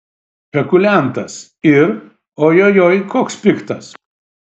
spekuliantas ir ojojoi koks piktas